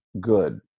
good